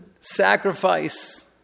sacrifice